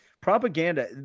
propaganda